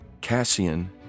Cassian